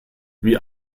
wie